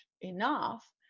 enough